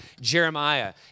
Jeremiah